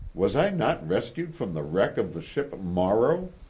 was i not rescued from the wreck of the ship morrow?